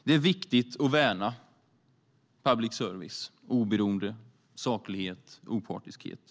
Det är viktigt att värna public services oberoende, saklighet och opartiskhet.